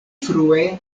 frue